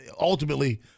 ultimately